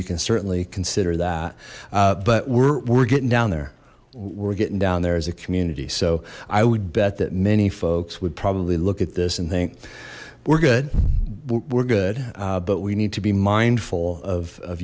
you can certainly consider that but we're getting down there we're getting down there as a community so i would bet that many folks would probably look at this and think we're good we're good but we need to be mindful of